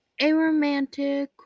aromantic